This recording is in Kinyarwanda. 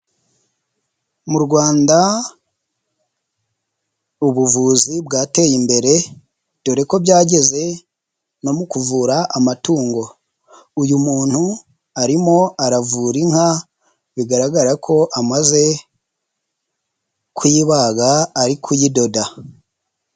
Mu Rwanda ubuvuzi bwateye imbere, dore ko byageze no mu kuvura amatungo. Uyu muntu arimo aravura inka bigaragara ko amaze kuyibaga ari kuyidoda.